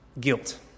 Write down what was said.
guilt